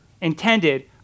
intended